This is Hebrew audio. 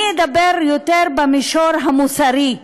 אני אדבר יותר במישור המוסרי,